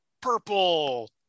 purple